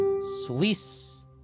swiss